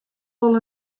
wol